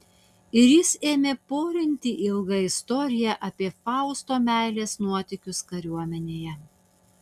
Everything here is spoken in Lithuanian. ir jis ėmė porinti ilgą istoriją apie fausto meilės nuotykius kariuomenėje